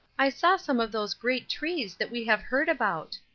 i saw some of those great trees that we have heard about.